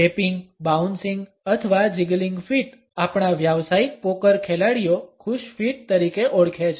tapping bouncing અથવા jiggling feet આપણા વ્યાવસાયિક પોકર ખેલાડીઓ ખુશ ફીટ તરીકે ઓળખે છે